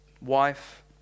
wife